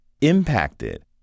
impacted